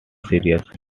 serious